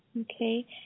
Okay